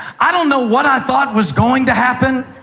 i don't know what i thought was going to happen.